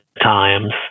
times